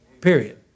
period